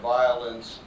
violence